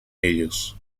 ellos